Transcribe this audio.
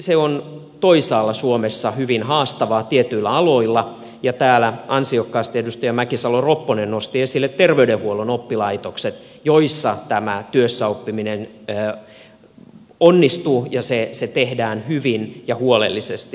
se on toisaalla suomessa hyvin haastavaa tietyillä aloilla ja täällä ansiokkaasti edustaja mäkisalo ropponen nosti esille terveydenhuollon oppilaitokset joissa tämä työssäoppiminen onnistuu ja se tehdään hyvin ja huolellisesti